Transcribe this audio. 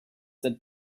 that